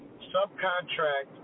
subcontract